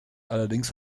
allerdings